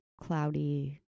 cloudy